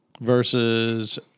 versus